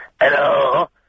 Hello